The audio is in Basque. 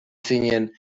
zinen